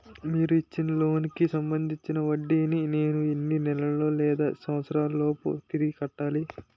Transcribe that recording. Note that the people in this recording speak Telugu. మీరు ఇచ్చిన లోన్ కి సంబందించిన వడ్డీని నేను ఎన్ని నెలలు లేదా సంవత్సరాలలోపు తిరిగి కట్టాలి?